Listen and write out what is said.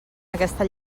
aquesta